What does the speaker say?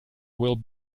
will